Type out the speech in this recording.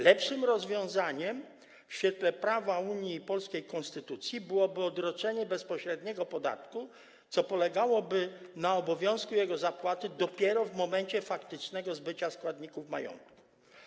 Lepszym rozwiązaniem w świetle prawa Unii i polskiej konstytucji byłoby odroczenie bezpośredniego podatku, co polegałoby na obowiązku jego zapłaty dopiero w momencie faktycznego zbycia składników majątku.